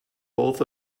both